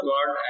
God